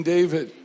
David